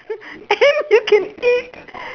and you can eat